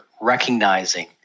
recognizing